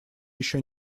еще